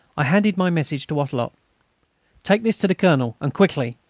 i handed my message to wattrelot take this to the colonel, and quickly.